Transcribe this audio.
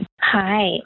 Hi